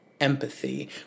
Empathy